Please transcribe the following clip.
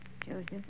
Joseph